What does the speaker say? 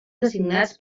designats